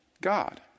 God